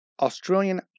Australian